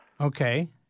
Okay